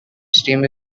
steam